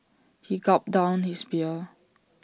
he gulped down his beer